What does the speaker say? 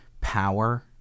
power